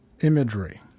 imagery